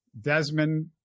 Desmond